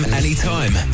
anytime